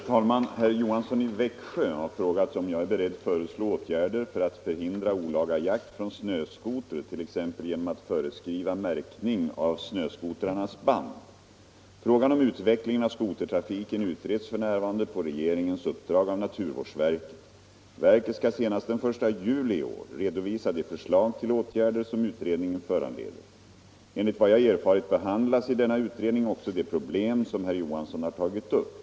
Herr Johansson i Växjö har frågat om jag är beredd föreslå åtgärder för att förhindra olaga jakt från snöskoter, t.ex. genom att föreskriva märkning av snöskotrarnas band. Frågan om utvecklingen av skotertrafiken utreds f. n. på regeringens uppdrag av naturvårdsverket. Verket skall senast den 1 juli i år redovisa de förslag till åtgärder som utredningen föranleder. Enligt vad jag erfarit behandlas i denna utredning också de problem som herr Johansson har tagit upp.